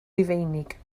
rufeinig